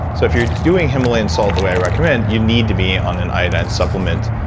so if you're doing himalayan salt the way i recommend, you need to be on an iodine supplement,